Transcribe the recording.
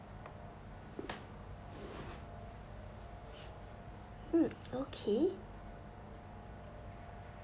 mm okay